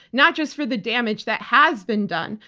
not just for the damage that has been done,